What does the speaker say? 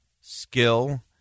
skill